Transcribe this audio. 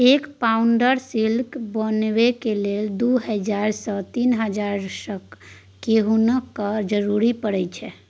एक pound silk बनेबाक लेल दु हजार सँ तीन हजारक कोकुनक जरुरत परै छै